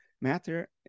Matter